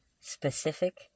specific